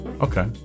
Okay